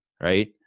Right